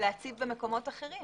להציב במקומות אחרים.